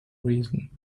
reason